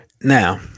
Now